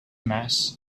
mass